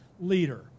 leader